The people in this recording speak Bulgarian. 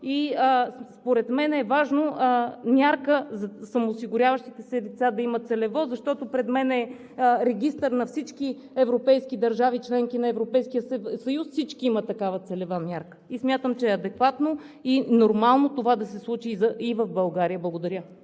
да има целево мярка за самоосигуряващите лица, защото – пред мен е регистърът на всички европейски държави – членки на Европейския съюз, всички имат такава целева мярка и смятам, че е адекватно и нормално това да се случи и в България. Благодаря.